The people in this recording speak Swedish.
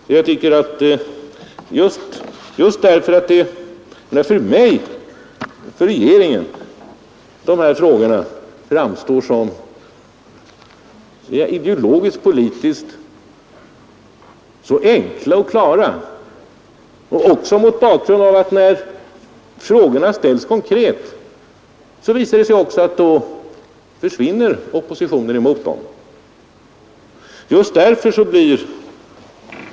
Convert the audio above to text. För mig och för regeringen framstår de här frågorna ideologiskt-politiskt som utomordentligt enkla och klara, och när de ställs konkret visar det sig också att oppositionen försvinner.